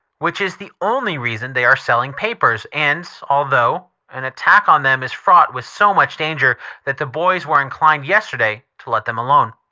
which is the only reason they are selling papers, and, altogether, an attack on them is fraught with so much danger that the boys were inclined yesterday to let them alone.